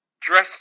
Dress